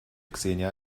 xenia